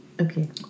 okay